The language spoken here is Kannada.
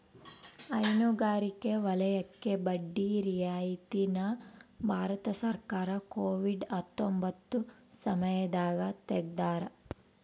ಹೈನುಗಾರಿಕೆ ವಲಯಕ್ಕೆ ಬಡ್ಡಿ ರಿಯಾಯಿತಿ ನ ಭಾರತ ಸರ್ಕಾರ ಕೋವಿಡ್ ಹತ್ತೊಂಬತ್ತ ಸಮಯದಾಗ ತೆಗ್ದಾರ